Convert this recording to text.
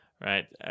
right